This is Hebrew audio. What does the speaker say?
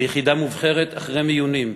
ליחידה מובחרת אחרי מיונים.